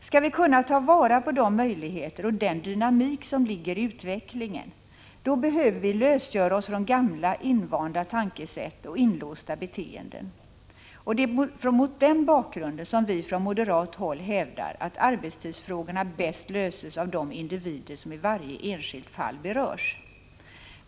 Skall vi kunna ta vara på de möjligheter och den dynamik som ligger i utvecklingen, då behöver vi lösgöra oss från gamla invanda tankesätt och låsta beteenden. Det är mot den bakgrunden som vi från moderat håll hävdar att arbetstidsfrågorna bäst löses av de individer som i varje enskilt fall berörs.